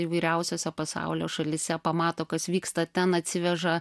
įvairiausiose pasaulio šalyse pamato kas vyksta ten atsiveža